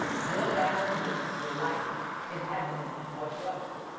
good, bad, or indifferent, your life is evidence of what you're up to.